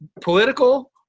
political